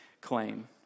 claim